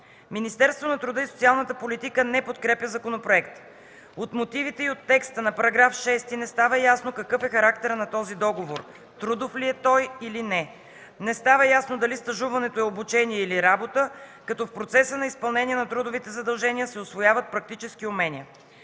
Министерство на труда и социалната политика не подкрепя законопроекта. От мотивите и от текста на § 6 не става ясно какъв е характерът на този договор – трудов ли е той, или не. Не става ясно дали стажуването е обучение или работа, като в процеса на изпълнение на трудовите задължения се усвояват практически умения.